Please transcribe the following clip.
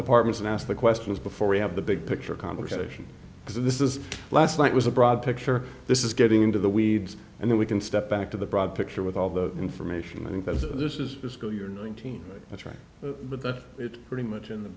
departments and ask the questions before we have the big picture conversation because this is last night was a broad picture this is getting into the weeds and then we can step back to the broad picture with all the information i think that this is a school year nineteen that's right but that it pretty much in the